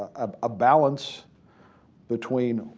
ah a balance between